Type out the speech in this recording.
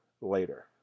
later